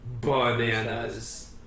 bananas